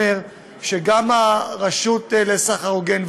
אני אומר שגם הרשות לסחר הוגן,